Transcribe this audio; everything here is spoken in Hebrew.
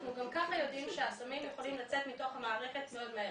אנחנו גם ככה יודעים שהסמים יכולים לצאת מהמערכת מאוד מהר.